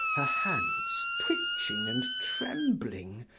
her hands twitching and trembling,